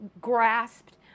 grasped